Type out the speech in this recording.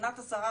מבחינת השרה,